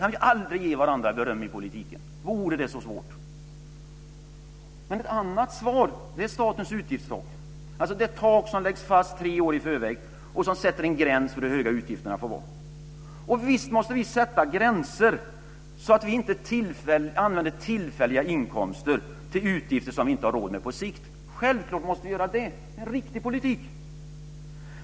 Kan vi aldrig ge varandra beröm i politiken? Vore det så svårt? Ett annat svar är statens utgiftstak, alltså det tak som läggs fast tre år i förväg och som sätter en gräns för hur höga utgifterna får vara. Visst måste vi sätta gränser, så att vi inte använder tillfälliga inkomster till utgifter som vi inte har råd med på sikt. Självklart måste vi göra det. Det är en riktig politik.